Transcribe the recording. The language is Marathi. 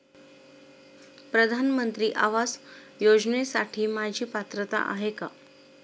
प्रधानमंत्री आवास योजनेसाठी माझी पात्रता आहे का?